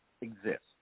exist